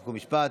חוק ומשפט.